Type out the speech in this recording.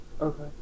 Okay